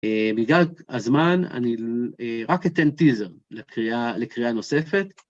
בגלל הזמן אני רק אתן טיזר לקריאה לקריאה נוספת.